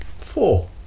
Four